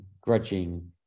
grudging